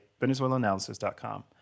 venezuelanalysis.com